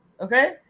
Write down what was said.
okay